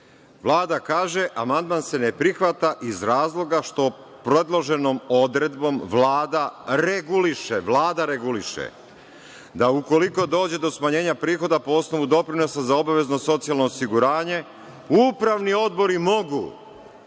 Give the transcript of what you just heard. Vlada kaže, amandman se ne prihvata iz razloga što predloženom odredbom Vlada reguliše da ukoliko dođe do smanjenja prihoda po osnovu doprinosa za obavezno socijalno osiguranje upravni odbori mogu